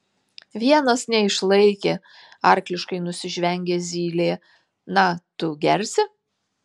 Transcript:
vienas neišlaikė arkliškai nusižvengė zylė na tu gersi